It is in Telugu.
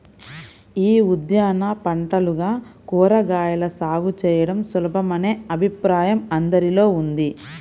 యీ ఉద్యాన పంటలుగా కూరగాయల సాగు చేయడం సులభమనే అభిప్రాయం అందరిలో ఉంది